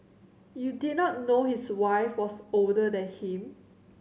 you did not know his wife was older than him